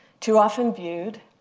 too often viewed